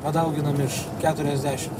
padauginam iš keturiasdešim